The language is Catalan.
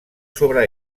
sobre